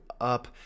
up